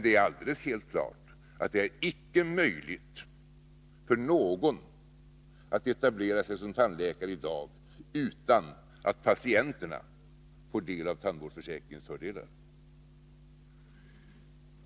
Men det är helt klart att det inte är möjligt för någon i dag att etablera sig såsom tandläkare utan att patienterna får del av tandvårdsförsäkringens fördelar.